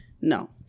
No